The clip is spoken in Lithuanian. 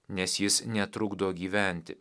nes jis netrukdo gyventi